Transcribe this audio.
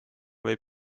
võib